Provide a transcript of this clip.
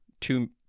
two